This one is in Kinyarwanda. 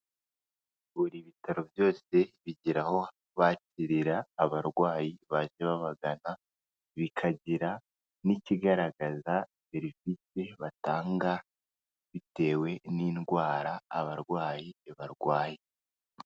Buri bitaro byose bigira aho bakirira abarwayi baje babagana, bikagira n'ikigaragaza serivise batanga bitewe n'indwara abarwayi barwaye.